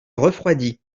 refroidit